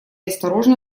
осторожно